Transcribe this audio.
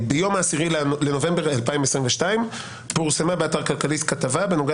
ביום 10.11.22 פורסמה באתר כלכליסט כתבה בנוגע